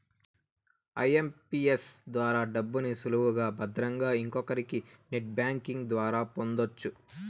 IMPS ద్వారా డబ్బుని సులువుగా భద్రంగా ఇంకొకరికి నెట్ బ్యాంకింగ్ ద్వారా పొందొచ్చు